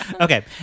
okay